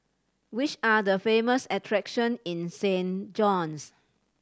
which are the famous attraction in Saint John's